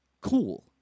cool